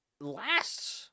last